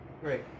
Great